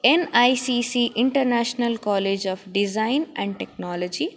N I C C international college of design and technology